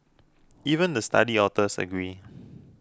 even the study authors agreed